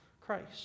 Christ